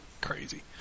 crazy